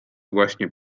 właśnie